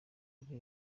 ari